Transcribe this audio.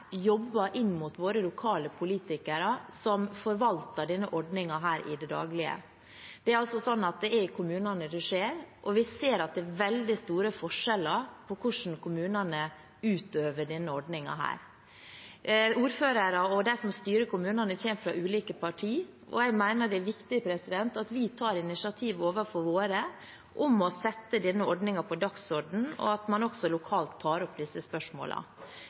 det daglige. Det er i kommunene det skjer, og vi ser at det er veldig store forskjeller på hvordan kommunene praktiserer denne ordningen. Ordførerne og de som styrer kommunene, kommer fra ulike partier, og jeg mener det er viktig at vi overfor dem tar initiativ til å sette denne ordningen på dagsordenen, at man også lokalt tar opp disse